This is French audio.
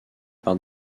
par